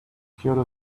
kyoto